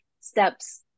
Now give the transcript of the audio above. steps